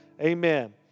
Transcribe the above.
Amen